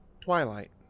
Twilight